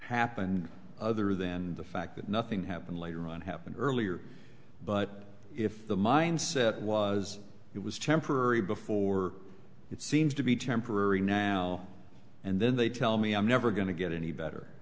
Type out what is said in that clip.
happened other than the fact that nothing happened later on happened earlier but if the mindset was it was temporary before it seems to be temporary now and then they tell me i'm never going to get any